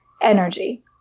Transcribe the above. energy